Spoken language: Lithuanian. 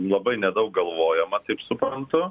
labai nedaug galvojama taip suprantu